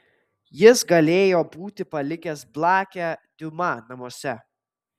jis galėjo būti palikęs blakę diuma namuose